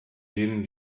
denen